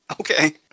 Okay